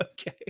Okay